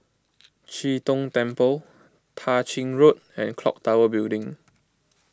Chee Tong Temple Tah Ching Road and Clock Tower Building